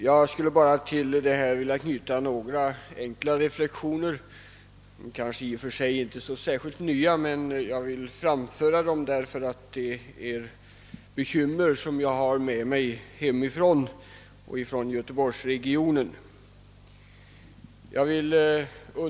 Jag skulle till detta svar bara vilja knyta några enkla reflexioner, som kanske i och för sig inte är så särskilt nya, men jag vill framföra dem på grund av bekymmer som jag har med mig hemifrån och från göteborgsregionen.